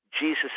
Jesus